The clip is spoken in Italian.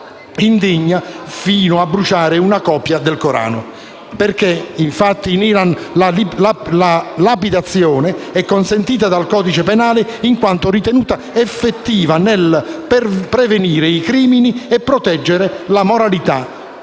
indigna fino a bruciare una copia del corano. Infatti, in Iran la lapidazione è consentita dal codice penale in quanto ritenuta «effettiva nel prevenire i crimini e proteggere la moralità».